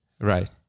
Right